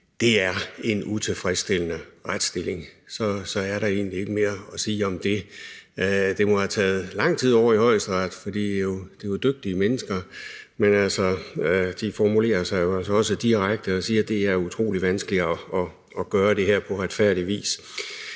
det er en utilfredsstillende retsstilling, og så er der egentlig ikke mere at sige om det. Det må have taget lang tid ovre i Højesteret, for det er jo dygtige mennesker, men de formulerer sig også direkte og siger, at det er utrolig vanskeligt at gøre det her på retfærdig vis.